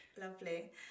lovely